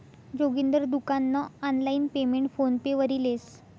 जोगिंदर दुकान नं online payment PhonePe वरी लेस